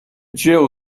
jill